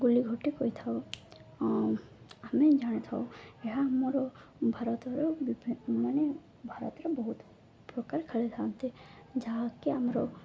ଗୁଲି ଘଟି କହିଥାଉ ଆମେ ଜାଣିଥାଉ ଏହା ଆମର ଭାରତର ମାନେ ଭାରତରେ ବହୁତ ପ୍ରକାର ଖେଳିଥାନ୍ତି ଯାହାକି ଆମର